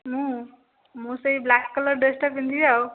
ମୁଁ ମୁଁ ସେଇ ବ୍ଲାକ୍ କଲର୍ର ଡ୍ରେସ୍ଟା ପିନ୍ଧିବି ଆଉ